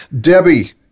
Debbie